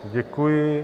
Děkuji.